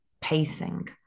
pacing